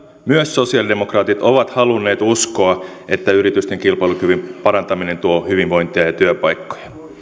myös sosialidemokraatit ovat halunneet uskoa että yritysten kilpailukyvyn parantaminen tuo hyvinvointia ja työpaikkoja